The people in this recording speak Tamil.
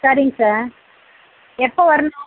சரிங்க சார் எப்போ வரணும்